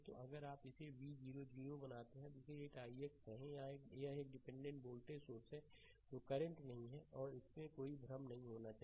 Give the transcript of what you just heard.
तो अगर आप इसे v 0 0 बनाते हैं तो इसे 8 ix कहें यह एक डिपेंडेंट वोल्टेज सोर्स है जो करंट नहीं है और इसमें कोई भ्रम नहीं होना चाहिए